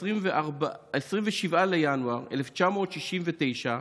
ב-27 בינואר 1969,